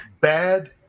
bad